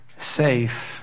safe